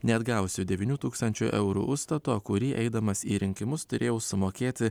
neatgausiu devynių tūkstančių eurų užstato kurį eidamas į rinkimus turėjau sumokėti